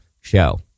show